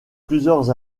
plusieurs